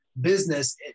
business